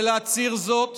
ולהצהיר זאת